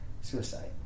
suicide